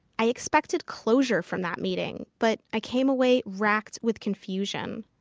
i expected closure from that meeting, but i came away racked with confusion.